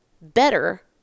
better